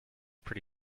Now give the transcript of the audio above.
pretty